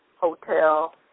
Hotel